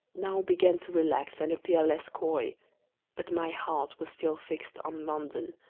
now began to relax and appear less coy but my heart was still fixed on london,